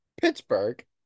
Pittsburgh